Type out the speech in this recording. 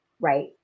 right